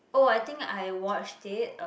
oh I think I watched it a